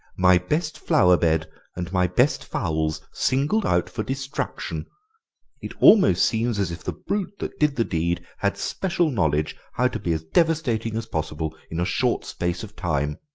my best flower bed and my best fowls singled out for destruction it almost seems as if the brute that did the deed had special knowledge how to be as devastating as possible in a short space of time.